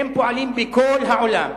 הם פועלים בכל העולם.